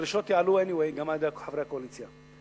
הדרישות יעלו anyway, גם על-ידי חברי הקואליציה.